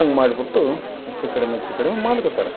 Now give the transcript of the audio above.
ಹಂಗೆ ಮಾಡ್ಬಿಟ್ಟು ಹೆಚ್ಚು ಕಡಿಮೆ ಹೆಚ್ಚು ಕಡಿಮೆ ಮಾಡ್ತಿರ್ತಾರ